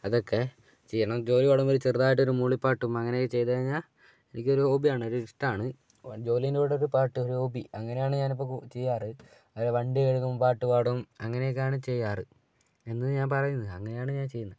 അതൊക്കെ ചെയ്യണം ജോലി തുടങ്ങുമ്പോൾ ചെറുതായിട്ടൊരു മൂളിപ്പാട്ടും അങ്ങനെയൊക്കെ ചെയ്തുകഴിഞ്ഞാൽ എനിക്കൊരു ഹോബി ആണ് ഒരിഷ്ടമാണ് ഇപ്പോൾ ജോലീൻ്റെ കൂടെ ഒരു പാട്ട് ഒരു ഹോബി അങ്ങനെയാണ് ഞാൻ ഇപ്പോൾ ചെയ്യാറ് അതുപോലെ വണ്ടി കഴുകുമ്പോൾ പാട്ട് പാടും അങ്ങനെയൊക്കെ ആണ് ചെയ്യാറ് എന്നു ഞാൻ പറയുന്നു അങ്ങനെയാണ് ഞാൻ ചെയ്യുന്നത്